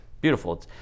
Beautiful